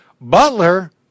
Butler